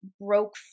broke